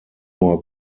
more